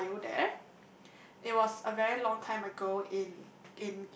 Toa-Payoh there it was a very long time ago in